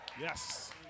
Yes